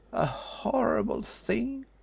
a horrible thing,